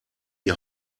die